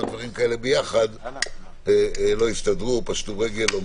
שיקים כאלה יחד לא הסתדרו או פשטו רגל.